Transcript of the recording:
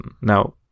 Now